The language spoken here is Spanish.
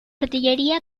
artillería